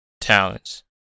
talents